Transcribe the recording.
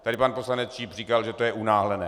Tady pan poslanec Číp říkal, že to je unáhlené.